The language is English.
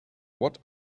what